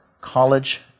college